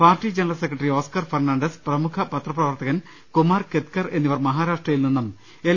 party general secretary Oscar Fernandes പ്രമുഖ പത്ര പ്രവർത്തകൻ കുമാർ കെത്കർ എന്നി വർ മഹാരാഷ്ട്രയിൽ നിന്നും എൽ